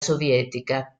sovietica